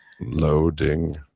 loading